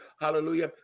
Hallelujah